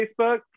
Facebook